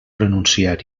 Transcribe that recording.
renunciar